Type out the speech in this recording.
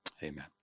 Amen